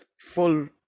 full